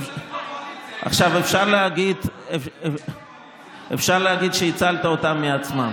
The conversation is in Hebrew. עכשיו אפשר להגיד שהצלת אותם מעצמם,